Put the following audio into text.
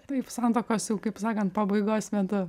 taip santuokos jau kaip sakant pabaigos metu